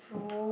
no